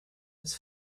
its